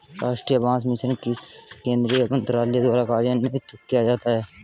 राष्ट्रीय बांस मिशन किस केंद्रीय मंत्रालय द्वारा कार्यान्वित किया जाता है?